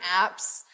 apps